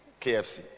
KFC